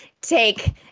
take